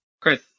Chris